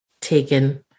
taken